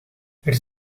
its